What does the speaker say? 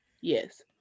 Yes